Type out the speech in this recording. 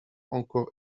encore